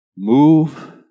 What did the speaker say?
Move